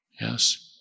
yes